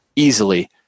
Easily